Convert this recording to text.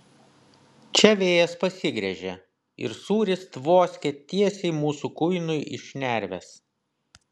čia vėjas pasigręžė ir sūris tvoskė tiesiai mūsų kuinui į šnerves